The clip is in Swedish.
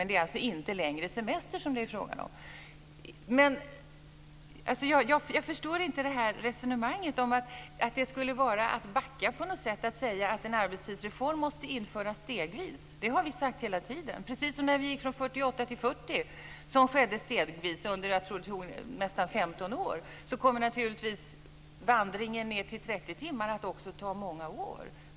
Det är alltså inte längre semester det är fråga om. Jag förstår inte resonemanget om att det på något sätt skulle vara att backa att säga att en arbetstidsreform måste införas stegvis. Det har vi sagt hela tiden. Precis som när vi gick från 48 till 40 timmar, vilket skedde stegvis under nästan 15 år, kommer naturligtvis vandringen ned till 30 timmar också att ta många år.